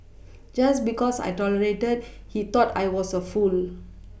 just because I tolerated he thought I was a fool